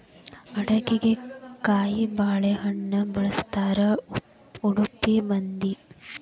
ಅಡಿಗಿಗೆ ಕಾಯಿಬಾಳೇಹಣ್ಣ ಬಳ್ಸತಾರಾ ಉಡುಪಿ ಮಂದಿ